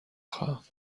خواهم